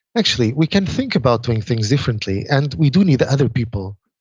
actually, we can think about doing things differently and we do need the other people,